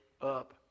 up